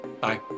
bye